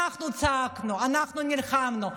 אנחנו צעקנו, אנחנו נלחמנו.